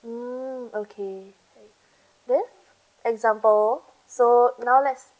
mm okay then example so now let's